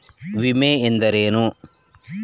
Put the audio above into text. ವಿಮೆ ಎಂದರೇನು?